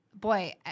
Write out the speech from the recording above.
Boy